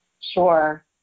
Sure